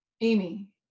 Amy